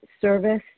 service